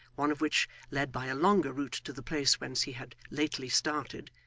one of which led by a longer route to the place whence he had lately started,